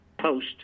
post